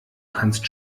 kannst